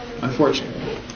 Unfortunately